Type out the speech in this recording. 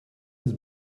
was